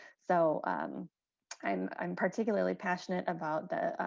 so and i'm particularly passionate about that.